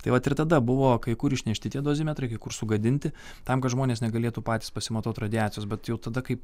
tai vat ir tada buvo kai kur išnešti tie dozimetrai kai kur sugadinti tam kad žmonės negalėtų patys pasimatuot radiacijos bet jau tada kai